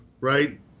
right